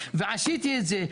ועשיתי את זה,